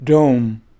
Dome